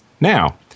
Now